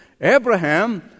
Abraham